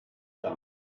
down